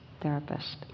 therapist